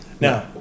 Now